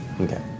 Okay